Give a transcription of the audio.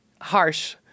harsh